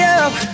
up